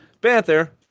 Panther